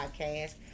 Podcast